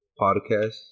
podcast